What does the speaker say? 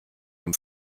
dem